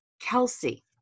Kelsey